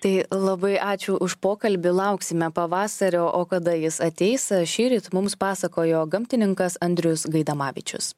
tai labai ačiū už pokalbį lauksime pavasario o kada jis ateis šįryt mums pasakojo gamtininkas andrejus gaidamavičius